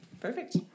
Perfect